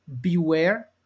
beware